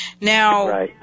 Now